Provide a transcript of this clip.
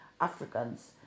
Africans